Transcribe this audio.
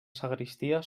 sagristia